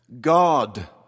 God